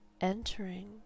entering